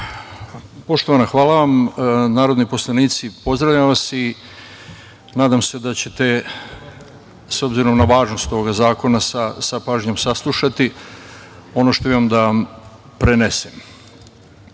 Poštovana, hvala vam. Narodni poslanici pozdravljam vas, nadam se da ćete s obzirom na važnost ovog zakona sa pažnjom saslušati ono što imam da vam prenesem. Dakle,